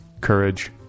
courage